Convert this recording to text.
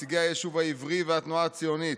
נציגי היישוב העברי והתנועה הציונית,